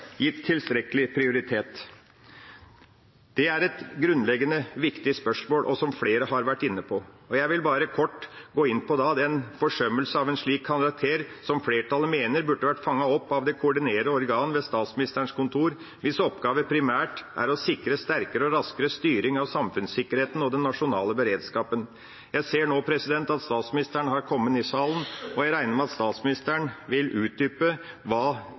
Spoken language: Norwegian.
gitt tilstrekkelig prioritet? Det er et grunnleggende viktig spørsmål som flere har vært inne på. Jeg vil bare kort gå inn på den forsømmelse av en slik karakter som flertallet mener burde vært fanget opp av det koordinerende organ ved Statsministerens kontor, hvis oppgave primært er å sikre sterkere og raskere styring av samfunnssikkerheten og den nasjonale beredskapen. Jeg ser nå at statsministeren har kommet i salen, og jeg regner med at hun vil utdype hva